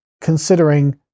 considering